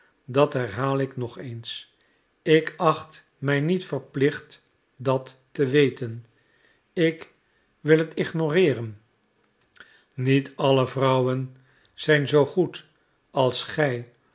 dat herhaal ik nog eens ik acht mij niet verplicht dat te weten ik wil het ignoreeren niet alle vrouwen zijn zoo goed als gij